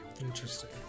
Interesting